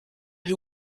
who